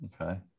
Okay